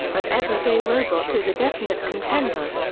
but everyday robots is a definite contender.